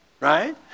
right